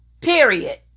Period